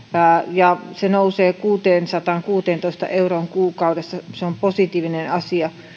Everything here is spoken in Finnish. ja se nousee kuuteensataankuuteentoista euroon kuukaudessa se on positiivinen asia